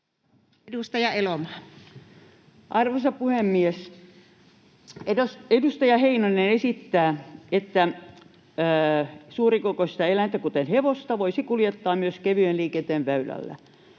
Edustaja Elomaa. arvoisa puhemies! Edustaja Heinonen esittää, että suurikokoista eläintä, kuten hevosta, voisi kuljettaa myös kevyen liikenteen väylällä.